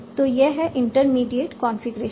तो यह है इंटरमीडिएट कॉन्फ़िगरेशन